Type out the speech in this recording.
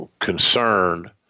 concerned